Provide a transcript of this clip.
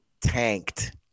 tanked